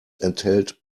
enthält